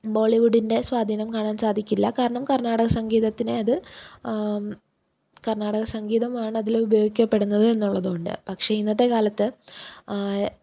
ബോളിവുഡിന്റെ സ്വാധീനം കാണാൻ സാധിക്കില്ല കാരണം കർണാടക സംഗീതത്തിനെ അത് കർണാടക സംഗീതമാണതിൽ ഉപയോഗിക്കപ്പെടുന്നത് എന്നുള്ളതുകൊണ്ട് പക്ഷെ ഇന്നത്തെക്കാലത്ത്